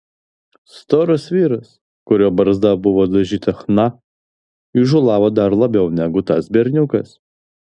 storas vyras kurio barzda buvo dažyta chna įžūlavo dar labiau negu tas berniukas